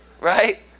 right